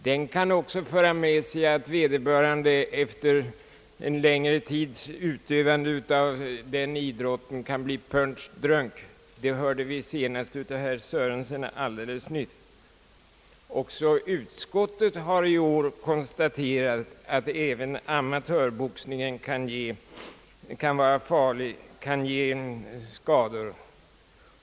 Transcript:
Den kan också föra med sig att vederbörande efter en längre tids utövande av idrotten kan bli punch drunk, som vi nu senast hörde av herr Sörenson. Också utskottet har i år konstaterat att även amatörboxningen kan vara farlig, kan ge skador.